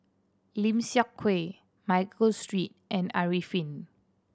Lim Seok Hui Michael and Arifin